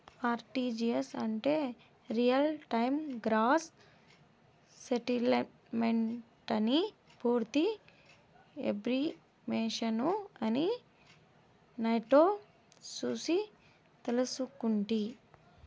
RTGS అంటే real time gross సెటిల్మెంటని పూర్తి ఎబ్రివేషను అని నెట్లో సూసి తెల్సుకుంటి